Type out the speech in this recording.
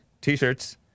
t-shirts